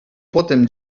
potem